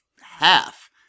half